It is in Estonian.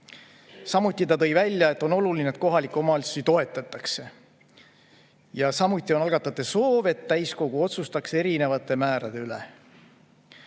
Samuti tõi ta välja, et on oluline, et kohalikke omavalitsusi toetatakse. Ja samuti on algatajate soov, et täiskogu otsustaks erinevate määrade üle.